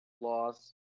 Loss